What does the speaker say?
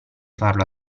farlo